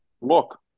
look